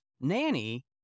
nanny